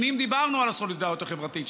שנים דיברנו על הסולידריות החברתית,